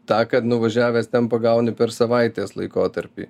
tą ką nuvažiavęs ten pagauni per savaitės laikotarpį